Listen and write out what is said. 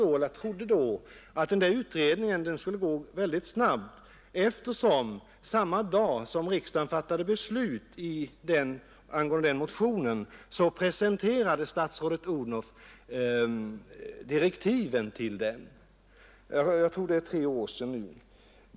Jag trodde då att den utredningen skulle gå mycket snabbt, eftersom statsrådet Odhnoff samma dag som riksdagen fattade beslut med anledning av motionen presenterade direktiven till utredningen. Jag tror det är tre år sedan nu.